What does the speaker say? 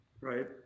right